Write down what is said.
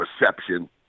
reception